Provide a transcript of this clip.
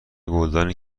گلدانی